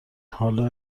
حالا